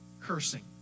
cursing